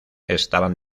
estaban